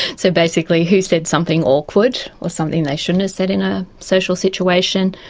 so basically who said something awkward or something they shouldn't have said in a social situation.